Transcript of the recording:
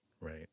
right